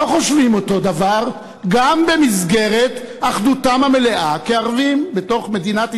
לא חושבים אותו דבר גם במסגרת אחדותם המלאה כערבים בתוך מדינת ישראל,